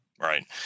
Right